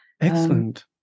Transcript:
Excellent